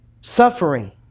Suffering